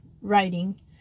writing